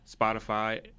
Spotify